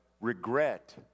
regret